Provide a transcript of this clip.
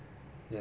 ya but